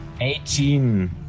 Eighteen